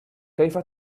كيف